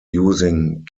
using